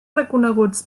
reconeguts